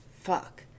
Fuck